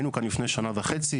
היינו כאן לפני שנה וחצי,